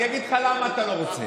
אני אגיד לך למה אתה לא רוצה.